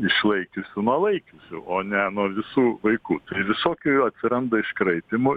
išlaikiusių nuo laikiusių o ne nuo visų vaikų tai visokių atsiranda iškraipymų